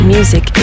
Music